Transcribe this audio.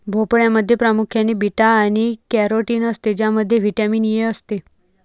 भोपळ्यामध्ये प्रामुख्याने बीटा आणि कॅरोटीन असते ज्यामध्ये व्हिटॅमिन ए असते